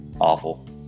awful